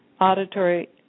auditory